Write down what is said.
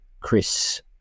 chris